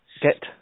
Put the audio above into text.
Get